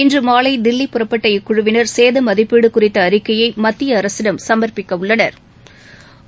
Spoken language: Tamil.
இன்று மாலை தில்லி புறப்பட்ட இக்குழுவினா் சேத மதிப்பீடு குறித்த அறிக்கையை மத்திய அரசிடம் சமா்ப்பிக்க உள்ளனா்